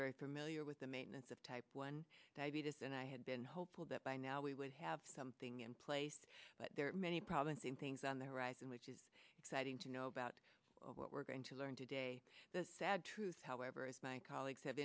very familiar with the maintenance of type one diabetes and i had been hopeful that by now we would have something in place but there are many problems in things on the horizon which is exciting to know about what we're going to learn today the sad truth however is my colleagues have